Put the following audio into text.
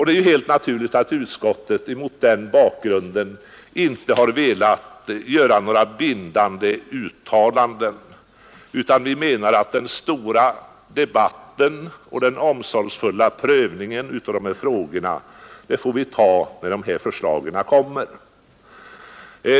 Det är då helt naturligt att utskottet mot denna bakgrund inte velat göra några bindande uttalanden utan menar att den stora debatten och den omsorgsfulla prövningen av dessa frågor får anstå till höstriksdagen.